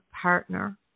partner